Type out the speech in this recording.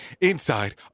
inside